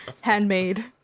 Handmade